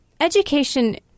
education